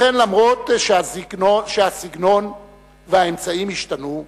לכן אף-על-פי שהסגנון והאמצעים השתנו,